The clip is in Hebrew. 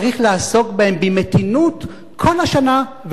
צריך לעסוק בהם במתינות כל השנה,